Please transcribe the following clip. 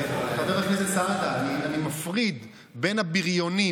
חבר הכנסת סעדה, אני מפריד בין הבריונים,